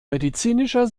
medizinischer